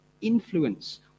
influence